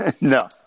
No